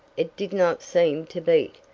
it did not seem to beat,